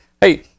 hey